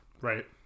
Right